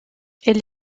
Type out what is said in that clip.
elle